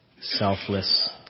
selfless